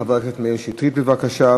חבר הכנסת מאיר שטרית, בבקשה.